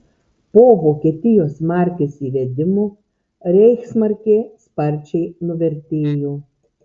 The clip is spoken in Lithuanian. po vokietijos markės įvedimo reichsmarkė sparčiai nuvertėjo